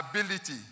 ability